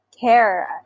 care